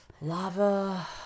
Lava